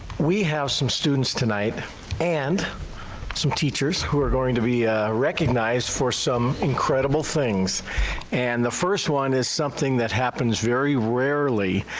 we have some students tonight and some teachers who are going to be recognized for some incredible things and the first one is something that happens very rarely.